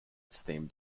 steamed